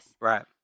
Right